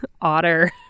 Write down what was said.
Otter